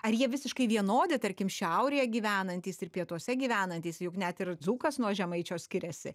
ar jie visiškai vienodi tarkim šiaurėje gyvenantys ir pietuose gyvenantys juk net ir dzūkas nuo žemaičio skiriasi